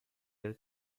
their